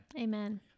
Amen